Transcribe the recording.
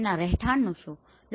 તેમના રહેઠાણનુ શુ થયું